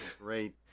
great